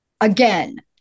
again